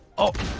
oh